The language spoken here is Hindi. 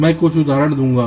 मैं कुछ उदाहरण दूंगा